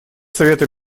совета